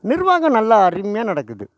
நிர்வாகம் நல்ல அருமையாக நடக்குது